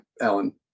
Alan